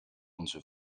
onze